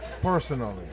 Personally